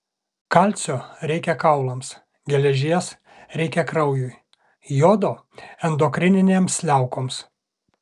kalcio reikia kaulams geležies reikia kraujui jodo endokrininėms liaukoms